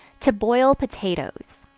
to boil potatoes.